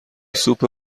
سوپ